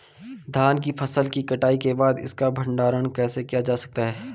धान की फसल की कटाई के बाद इसका भंडारण कैसे किया जा सकता है?